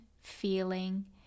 feeling